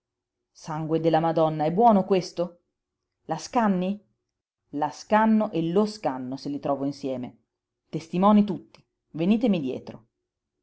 sangue della madonna è buono questo la scanni la scanno e lo scanno se li trovo insieme testimoni tutti venitemi dietro